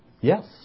Yes